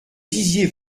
disiez